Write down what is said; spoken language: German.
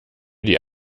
die